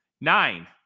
Nine